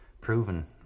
proven